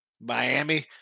Miami